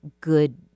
good